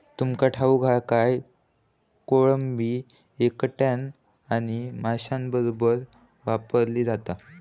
तुमका ठाऊक हा काय, कोळंबी एकट्यानं आणि माशांबरोबर वाढवली जाता